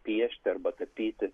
piešti arba tapyti